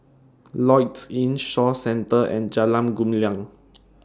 Lloyds Inn Shaw Centre and Jalan Gumilang